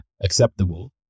acceptable